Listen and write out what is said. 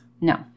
No